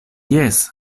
jes